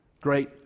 great